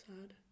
Sad